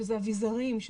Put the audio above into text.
שזה אביזרים,